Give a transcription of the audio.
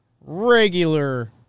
regular